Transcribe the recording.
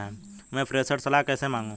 मैं प्रेषण सलाह कैसे मांगूं?